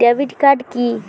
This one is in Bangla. ডেবিট কার্ড কি?